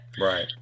right